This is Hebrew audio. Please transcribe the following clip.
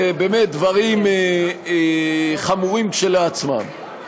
ובאמת דברים חמורים כשלעצמם.